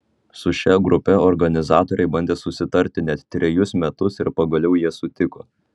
su šia grupe organizatoriai bandė susitarti net trejus metus ir pagaliau jie sutiko